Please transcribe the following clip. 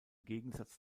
gegensatz